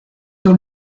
dans